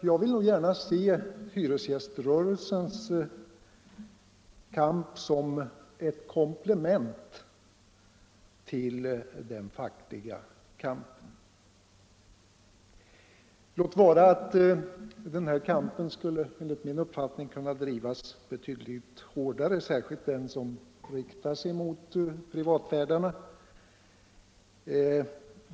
Jag vill gärna se hyresgäströrelsens kamp som ett komplement till den fackliga kampen — låt vara att den kampen enligt min uppfattning skulle kunna föras betydligt hårdare, särskilt den som riktas mot privatvärdarna.